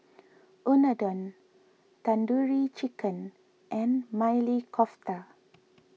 Unadon Tandoori Chicken and Maili Kofta